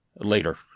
later